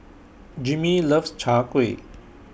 Jimmie loves Chai Kuih